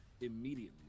immediately